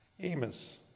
Amos